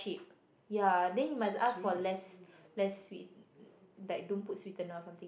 so sweet